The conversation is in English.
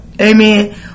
Amen